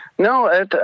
No